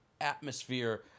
atmosphere